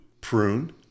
prune